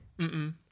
Mm-mm